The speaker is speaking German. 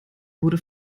wurde